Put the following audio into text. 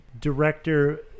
director